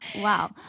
Wow